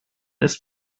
ist